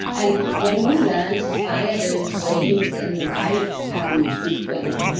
and when we learn to fire those brains in the right um sequence,